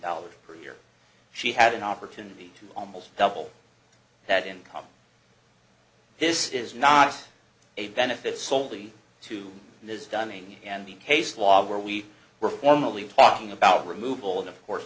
dollars per year she had an opportunity almost double that income this is not a benefit solely to ms dunning and the case law where we were formally talking about removal and of course